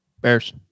Bears